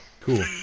cool